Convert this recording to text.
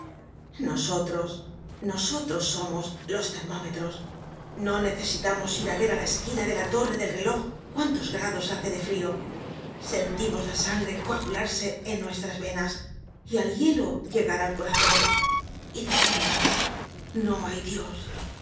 nosotros nosotros somos los termómetros no necesitamos ir á ver á la esquina de la torre del reloj cuántos grados hace de frio sentimos la sangre coagularse en nuestras venas y al hielo llegar al corazon y decimos no hay dios